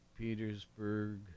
Petersburg